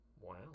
Wow